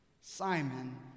Simon